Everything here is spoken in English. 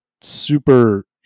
super